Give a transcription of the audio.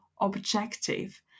objective